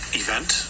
event